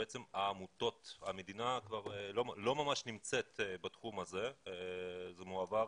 שבעצם המדינה כבר לא ממש נמצאת בתחום הזה אלא זה מועבר